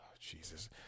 Jesus